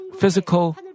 physical